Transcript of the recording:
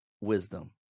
wisdom